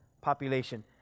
population